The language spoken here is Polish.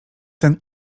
ten